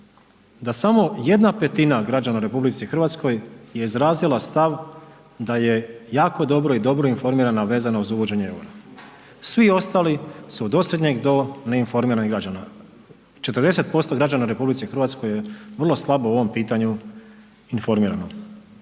da samo 1/5 građana u RH je izrazila stav da je jako dobro i dobro informirana vezano uz uvođenje eura. Svi ostali su od osrednjeg do neinformiranih građana. 40% građana u RH je vrlo slabo u ovom pitanju informirano.